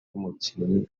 nk’umukinnyi